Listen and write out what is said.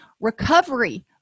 Recovery